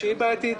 שהיא בעייתית,